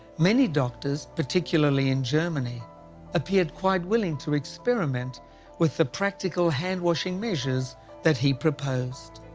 many doctors, particularly in germany appeared quite willing to experiment with the practical hand washing measures that he proposed.